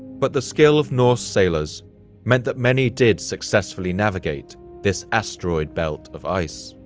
but the skill of norse sailors meant that many did successfully navigate this asteroid belt of ice.